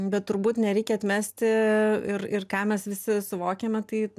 bet turbūt nereikia atmesti ir ir ką mes visi suvokiame tai